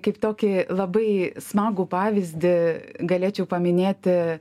kaip tokį labai smagų pavyzdį galėčiau paminėti